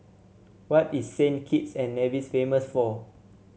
what is Saint Kitts and Nevis famous for